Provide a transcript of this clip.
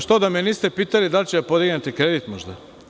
Što, da me niste pitali da li ćete da podignete kredit, možda?